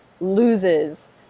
loses